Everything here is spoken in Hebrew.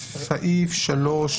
בסדר.